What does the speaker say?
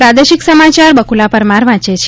પ્રાદેશિક સમાચાર બ્કુલા પરમાર વાંચે છે